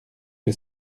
que